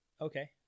Okay